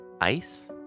ice